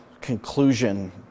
conclusion